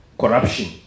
corruption